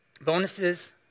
Bonuses